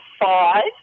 five